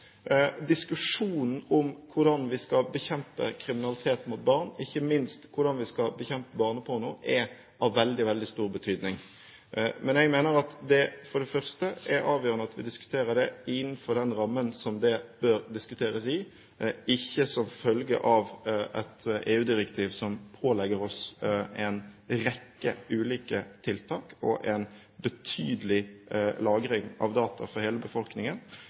Diskusjonen om hvordan vi skal bekjempe kriminalitet overfor barn, ikke minst hvordan vi skal bekjempe barneporno, er av veldig stor betydning. Men jeg mener at det er avgjørende at vi diskuterer det innenfor den rammen som det bør diskuteres i, og ikke som følge av et EU-direktiv som pålegger oss en rekke ulike tiltak og en betydelig lagring av data om hele befolkningen,